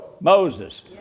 Moses